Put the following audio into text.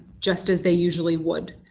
just as they usually would.